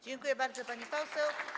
Dziękuję bardzo, pani poseł.